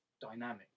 dynamic